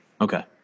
Okay